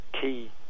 key